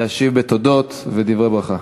להשיב בתודות ודברי ברכה.